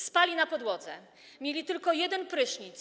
Spali na podłodze, mieli tylko jeden prysznic.